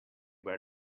where